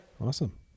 Awesome